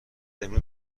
امروز